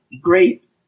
great